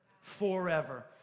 Forever